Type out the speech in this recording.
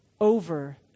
over